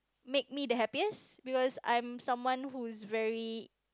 make me the happiest because I'm someone who is very